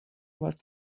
was